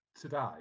today